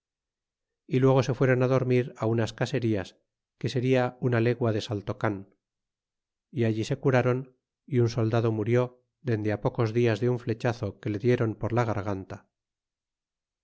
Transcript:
y luego se fueron dormir undkátaserlas que seria una legua de saltocan y allí se curron y un soldado murió dende pocos dias de un flechazo que le dieron por lagarganta